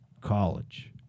college